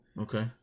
Okay